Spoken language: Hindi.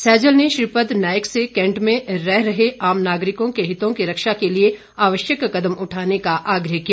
सैजल ने श्रीपद नायक से कैंट में रह रहे आम नागरिकों के हितों की रक्षा करने के लिए आवश्यक कदम उठाने का आग्रह किया